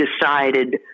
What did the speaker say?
decided